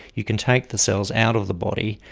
you can take the cells out of the body,